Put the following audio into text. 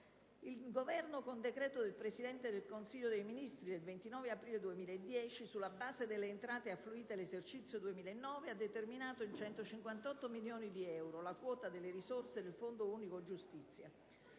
il Governo, con decreto del Presidente del Consiglio dei ministri del 29 aprile 2010, sulla base delle entrate affluite nell'esercizio 2009, ha determinato in 158 milioni di euro (ovvero solo il 25 per cento dei circa